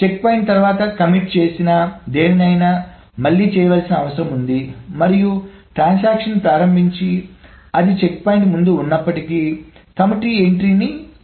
checkpoint తర్వాత commit చేసిన దేనినైనా మళ్లీ చేయాల్సిన అవసరం ఉంది మరియు ట్రాన్సాక్షన్ ప్రారంభించి అది చెక్ పాయింట్ ముందు ఉన్నప్పటికీ కమిట్ చేయని ఎంట్రీ రద్దు చేయబడుతుంది